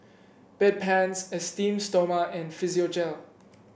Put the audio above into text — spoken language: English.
Bedpans Esteem Stoma and Physiogel